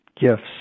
gifts